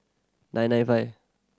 nine nine five